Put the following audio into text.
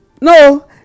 No